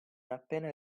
appena